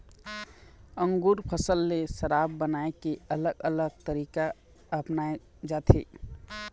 अंगुर फसल ले शराब बनाए के अलग अलग तरीका अपनाए जाथे